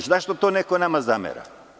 Zašto to neko nama zamera?